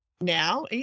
now